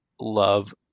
love